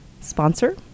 sponsor